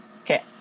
Okay